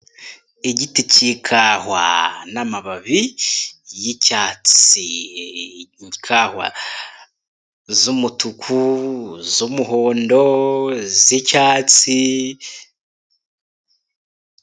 Igiti cy'ikawa n'amababi y'icyatsi ikawa z'umutuku z'umuhondo z'icyatsi.